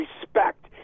respect